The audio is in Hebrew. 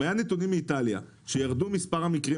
אם היו נתונים מאיטליה שירדו מספר המקרים